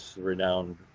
renowned